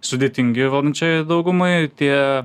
sudėtingi valdančiajai daugumai tie